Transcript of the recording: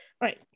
right